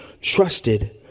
trusted